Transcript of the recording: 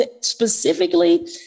specifically